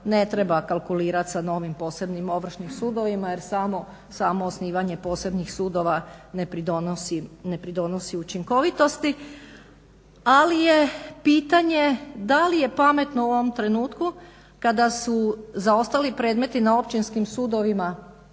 ne treba kalkulirati sa novim posebnim Ovršnim sudovima jer samo osnivanje posebnih sudova ne pridonosi učinkovitosti. Ali je pitanje da li je pametno u ovom trenutku kada su zaostali predmeti na općinskim sudovima